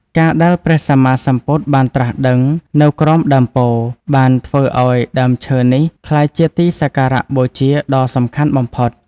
ការដែលព្រះសម្មាសម្ពុទ្ធបានត្រាស់ដឹងនៅក្រោមដើមពោធិ៍ បានធ្វើឱ្យដើមឈើនេះក្លាយជាទីសក្ការៈបូជាដ៏សំខាន់បំផុត។